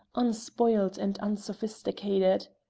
unspoiled and unsophisticated!